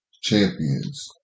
champions